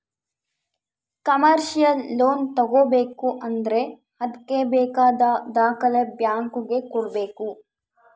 commercial loan ತಗೋಬೇಕು ಅಂದ್ರೆ ಅದ್ಕೆ ಬೇಕಾದ ದಾಖಲೆ ಬ್ಯಾಂಕ್ ಗೆ ಕೊಡ್ಬೇಕು